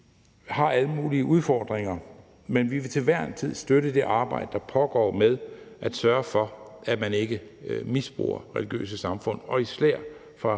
har alle mulige udfordringer, men vi vil til hver en tid støtte det arbejde, der pågår med at sørge for, at man ikke misbruger religiøse samfund, især fra